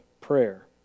prayer